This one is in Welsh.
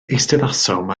eisteddasom